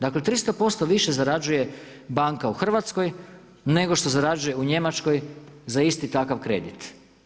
Dakle 300% više zarađuje banka u Hrvatskoj nego što zarađuje u Njemačkoj za isti takav kredit.